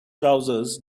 trousers